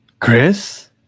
Chris